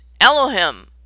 Elohim